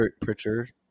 Pritchard